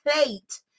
plate